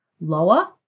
lower